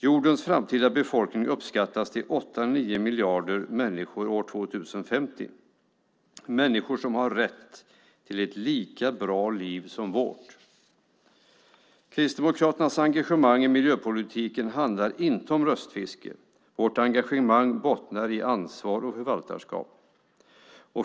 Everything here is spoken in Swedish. Jordens framtida befolkning uppskattas till 8-9 miljarder människor år 2050. Det är människor som har rätt till ett lika bra liv som vårt. Kristdemokraternas engagemang i miljöpolitiken handlar inte om röstfiske. Vårt engagemang bottnar i ansvar och förvaltarskap.